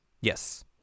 yes